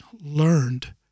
learned